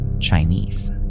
Chinese